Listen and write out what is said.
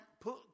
put